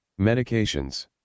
medications